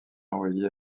envoyé